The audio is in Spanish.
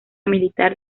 militar